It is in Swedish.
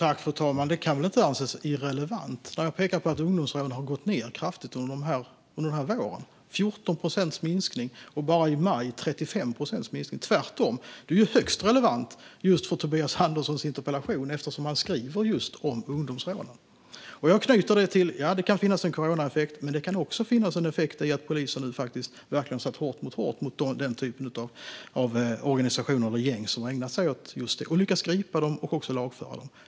Fru talman! Det kan inte anses irrelevant att peka på att ungdomsrånen har gått ned kraftigt under våren - 14 procents minskning, och bara i maj 35 procents minskning. Detta är tvärtom högst relevant för Tobias Anderssons interpellation eftersom han skriver just om ungdomsrånen. Ja, det kan finnas en coronaeffekt, men det kan också finnas en effekt av att polisen nu verkligen satt hårt mot hårt när det gäller den typ av organisationer eller gäng som ägnar sig åt detta och lyckats gripa och också lagföra dem.